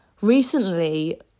Recently